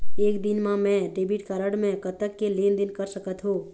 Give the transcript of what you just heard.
एक दिन मा मैं डेबिट कारड मे कतक के लेन देन कर सकत हो?